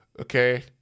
Okay